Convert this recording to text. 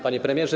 Panie Premierze!